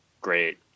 great